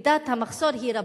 מידת המחסור היא רבה.